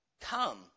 Come